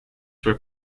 were